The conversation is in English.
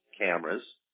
cameras